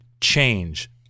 change